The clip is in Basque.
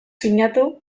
sinatu